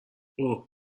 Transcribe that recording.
اوه